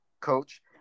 coach